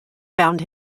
found